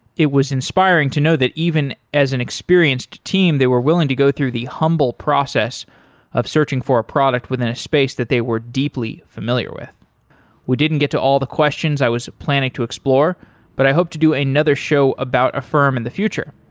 it was inspiring to know that even as an experienced team, they were willing to go through the humble process of searching for a product within a space that they were deeply familiar with we didn't get to all the questions i was planning to explore but i hope to do another show about affirm in the future.